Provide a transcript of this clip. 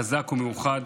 חזק ומאוחד,